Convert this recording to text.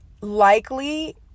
likely